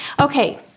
Okay